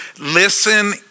listen